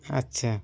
আচ্ছা